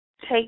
take